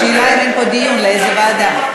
השאלה היא אם מודיעים לאיזה ועדה.